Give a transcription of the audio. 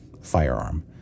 firearm